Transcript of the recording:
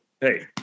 hey